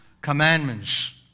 commandments